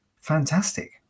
fantastic